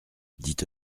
dit